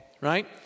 right